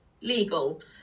legal